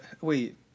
Wait